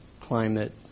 climate